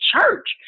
church